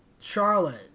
Charlotte